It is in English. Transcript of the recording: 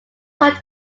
what